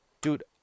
dude